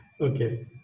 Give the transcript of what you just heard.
okay